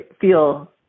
feel